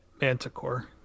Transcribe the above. manticore